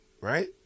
right